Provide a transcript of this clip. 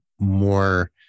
more